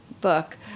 book